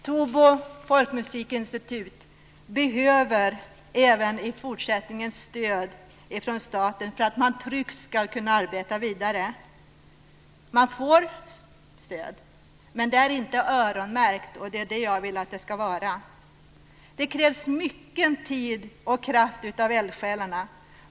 Tobo folkmusikinstitut behöver även i fortsättningen stöd från staten för att man tryggt ska kunna arbeta vidare. Man får stöd, men det är inte öronmärkt, vilket jag vill att det ska vara. Det krävs mycket tid och kraft av eldsjälarna.